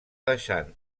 deixant